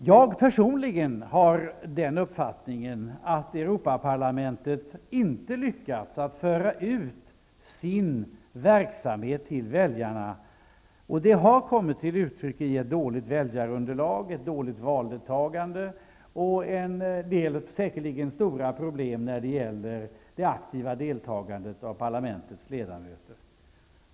Jag personligen har uppfattningen att Europaparlamentet inte har lyckats föra ut sin verksamhet till väljarna. Det har kommit till uttryck i ett dåligt väljarunderlag, ett dåligt valdeltagande och en del säkerligen stora problem när det gäller det aktiva deltagandet av parlamentets ledamöter.